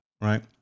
right